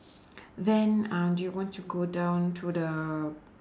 then uh do you want to go down to the